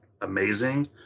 amazing